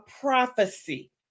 prophecy